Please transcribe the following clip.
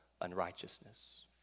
unrighteousness